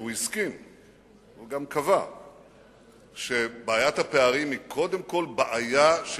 והוא הסכים והוא גם קבע שבעיית הפערים היא קודם כול בעיה של